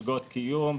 מלגות קיום,